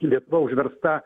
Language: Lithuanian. lietuva užversta